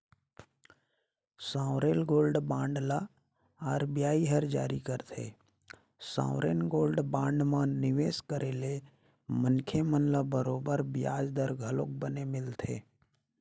sovereign gold bond ल RBI हर जारी करथे, सॉवरेन गोल्ड बांड म निवेस करे ले मनखे मन ल बरोबर बियाज दर घलोक बने मिलथे